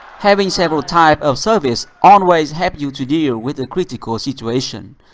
having several types of service always help you to deal with the critical situation.